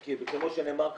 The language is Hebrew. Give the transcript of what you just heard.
כי כמו שנאמר כאן,